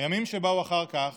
הימים שבאו אחר כך